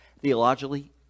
theologically